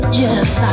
yes